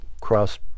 cross